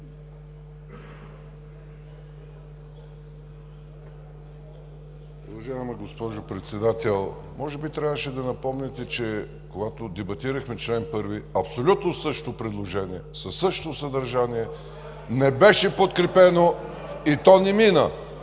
Уважаема госпожо Председател, може би трябваше да напомните, че когато дебатирахме чл. 1 с абсолютно същото предложение, със същото съдържание, не беше подкрепено и то не мина.